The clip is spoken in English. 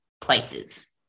places